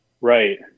Right